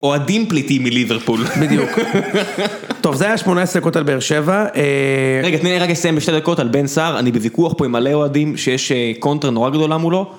אוהדים פליטים מליברפול. בדיוק. טוב, זה היה 18 דקות על באר שבע. רגע, תני לי רק לסיים ב2 דקות על בן סער, אני בוויכוח פה עם מלא אוהדים שיש קונטרה נורא גדולה מולו.